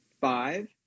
five